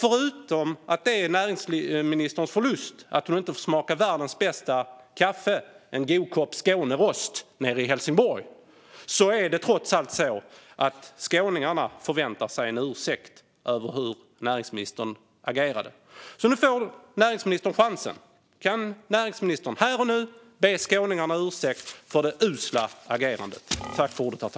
Förutom att det är näringsministerns förlust att hon inte får smaka världens bästa kaffe - en god kopp Skånerost - nere i Helsingborg är det så att skåningarna förväntar sig en ursäkt för hur näringsministern agerade. Nu får näringsministern chansen. Kan näringsministern här och nu be skåningarna om ursäkt för det usla agerandet?